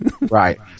Right